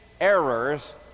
errors